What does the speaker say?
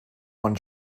one